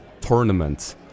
tournament